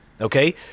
okay